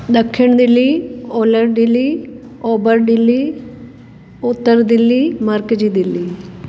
ॾखण दिल्ली ओलह दिल्ली ओभर दिल्ली उतर दिल्ली मर्कज़ी दिल्ली